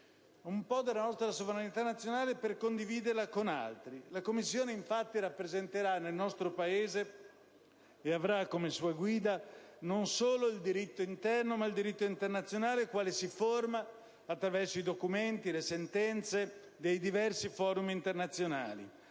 una parte della nostra sovranità nazionale per condividerla con altri: la Commissione, infatti, rappresenterà nel nostro Paese e avrà come propria guida non solo il diritto interno, ma anche quello internazionale, quale si forma attraverso i documenti, le sentenze dei diversi *forum* internazionali: